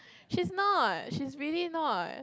she's not she's really not